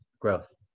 growth